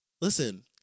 listen